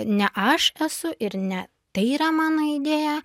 ne aš esu ir ne tai yra mano idėja